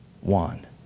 one